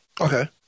Okay